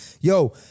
Yo